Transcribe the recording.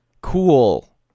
cool